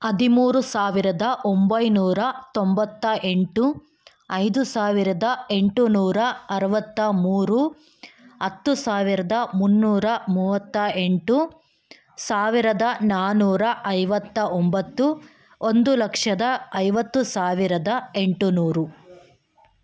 ಹದಿಮೂರು ಸಾವಿರದ ಒಂಬೈನೂರ ತೊಂಬತ್ತ ಎಂಟು ಐದು ಸಾವಿರದ ಎಂಟು ನೂರ ಅರವತ್ತ ಮೂರು ಹತ್ತು ಸಾವಿರದ ಮುನ್ನೂರ ಮೂವತ್ತ ಎಂಟು ಸಾವಿರದ ನಾನ್ನೂರ ಐವತ್ತ ಒಂಬತ್ತು ಒಂದು ಲಕ್ಷದ ಐವತ್ತು ಸಾವಿರದ ಎಂಟು ನೂರು